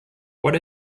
what